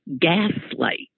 Gaslight